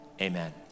amen